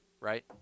right